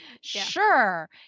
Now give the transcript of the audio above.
sure